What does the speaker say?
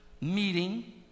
meeting